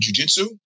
jujitsu